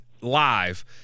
live